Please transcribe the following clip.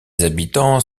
habitants